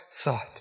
thought